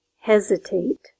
Hesitate